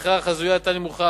הצמיחה החזויה היתה נמוכה.